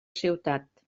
ciutat